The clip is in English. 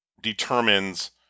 determines